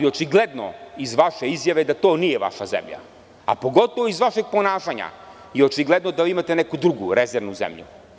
Očigledno je iz vaše izjave da to nije vaša zemlja, a pogotovo iz vašeg ponašanja i očigledno je da vi imate neku drugu, rezervnu zemlju.